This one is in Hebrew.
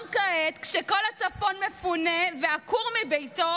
גם כעת, כשכל הצפון מפונה ועקור מביתו,